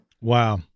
Wow